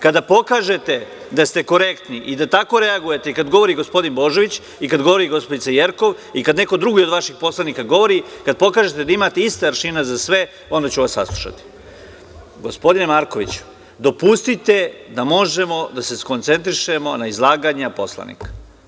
Kada pokažete da ste korektni i da tako reagujete i kad govori gospodin Božović i kada govori gospođica Jerkov i kad neko drugi od vaših poslanika govori, kad pokažete da imate iste aršine za sve, onda ću vas saslušati. (Jovan Marković, s mesta: Vređa nas.) Gospodine Markoviću, dopustite da možemo da se koncentrišemo na izlaganja poslanika.